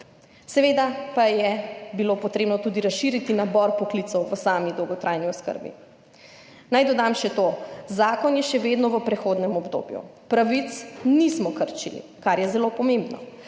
Seveda pa je bilo potrebno tudi razširiti nabor poklicev v sami dolgotrajni oskrbi. Naj dodam še to. Zakon je še vedno v prehodnem obdobju, pravic nismo krčili, kar je zelo pomembno.